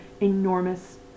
enormous